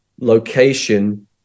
location